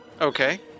Okay